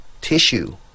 tissue